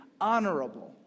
honorable